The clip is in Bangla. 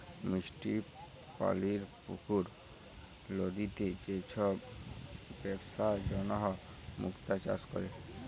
মিষ্টি পালির পুকুর, লদিতে যে সব বেপসার জনহ মুক্তা চাষ ক্যরে